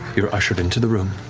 you're ushered into the room